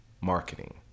marketing